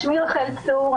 שמי רחל צור,